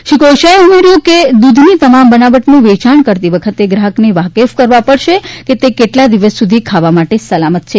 શ્રી કોશિયાએ ઉમેર્યું છે કે દૂધની તમામ બનાવટનું વેચાણ કરતી વખતે ગ્રાહકને વાકેફ કરવા પડશે કે તે કેટલા દિવસ સુધી ખાવા માટે સલામત છે